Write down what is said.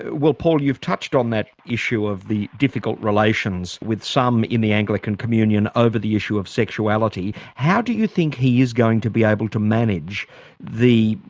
well paul you've touched on that issue of the difficult relations with some in the anglican communion ah over the issue of sexuality. how do you think he is going to be able to manage the,